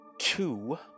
two